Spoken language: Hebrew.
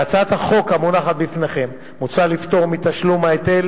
בהצעת החוק המונחת בפניכם מוצע לפטור מתשלום ההיטל